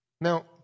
Now